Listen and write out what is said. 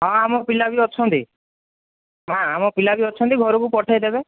ହଁ ଆମ ପିଲା ବି ଅଛନ୍ତି ମାଆ ଆମ ପିଲା ବି ଅଛନ୍ତି ଘରକୁ ପଠାଇଦେବେ